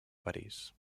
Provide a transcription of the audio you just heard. parís